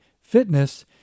Fitness